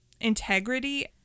integrity